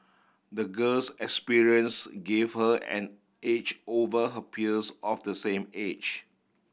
the girl's experience gave her an edge over her peers of the same age